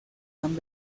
han